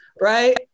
right